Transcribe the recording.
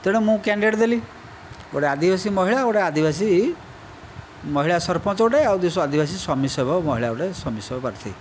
ତେଣୁ ମୁଁ କ୍ୟାଣ୍ଡିଡେଟ୍ ଦେଲି ଗୋଟିଏ ଆଦିବାସୀ ମହିଳା ଗୋଟିଏ ଆଦିବାସୀ ମହିଳା ସରପଞ୍ଚ ଗୋଟିଏ ଆଉ ଆଦିବାସୀ ସମିତି ସଭ୍ୟ ମହିଳା ଗୋଟିଏ ସମିତି ସଭ୍ୟ ପ୍ରାର୍ଥୀ